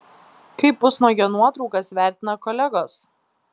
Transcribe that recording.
kaip pusnuogio nuotraukas vertina kolegos